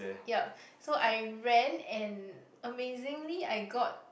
yup so I ran and amazingly I got